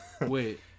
Wait